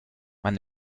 man